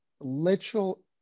literal